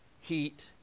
heat